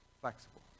flexible